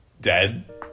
dead